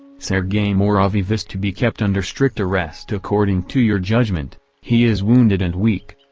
sergei muraviev is to be kept under strict arrest according to your judgment he is wounded and weak.